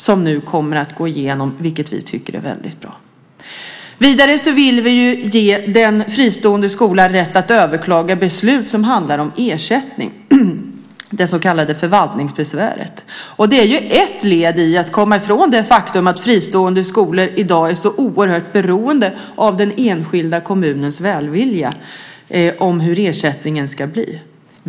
Det kommer nu att gå igenom, vilket vi tycker är väldigt bra. Vidare vill vi ge den fristående skolan rätt att överklaga beslut som handlar om ersättning, det så kallade förvaltningsbesväret. Det är ju ett led i att komma ifrån det faktum att fristående skolor i dag är så oerhört beroende av den enskilda kommunens välvilja beträffande hur ersättningen ska bli.